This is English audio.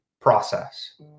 process